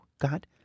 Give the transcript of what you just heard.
God